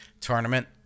tournament